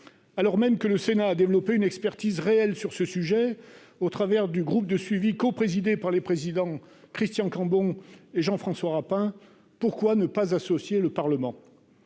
alors même que le Sénat a développé une expertise réelle sur ce sujet au travers du groupe de suivi coprésidé par les présidents Christian Cambon Jean-François Rapin, pourquoi ne pas associer le Parlement